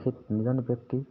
সেই তিনিজন ব্যক্তি